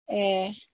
ए